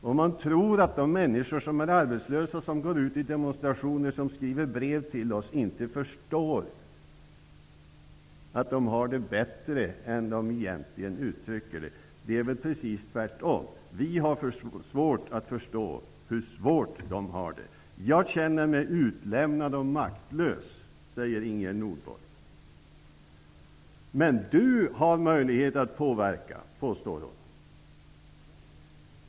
Om man tror att människor som är arbetslösa, som demonstrerar och som skriver brev till oss inte förstår att de har de bättre än de egentligen uttrycker är man ganska kall. Det är väl precis tvärtom. Vi har svårt att förstå hur besvärligt dessa människor har det. ''Jag känner mig utlämnad och maktlös, men Du har möjlighet att påverka!